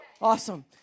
Awesome